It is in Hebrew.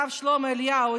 הרב שלמה אליהו,